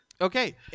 Okay